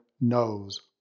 knows